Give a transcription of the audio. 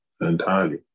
entirely